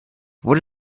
wurde